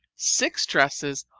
six dresses,